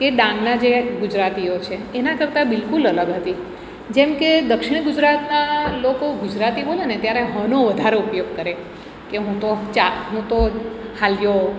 કે ડાંગના જે ગુજરાતીઓ છે એના કરતાં બિલ્કુલ અલગ હતી જેમ કે દક્ષિણ ગુજરાતના લોકો ગુજરાતી બોલે ને ત્યારે હ નો વધારે ઉપયોગ કરે કે હું તો ચા હું તો હાલ્યો